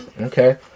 Okay